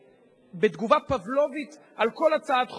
שבתגובה פבלובית על כל הצעת חוק,